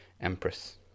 empress